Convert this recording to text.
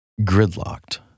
gridlocked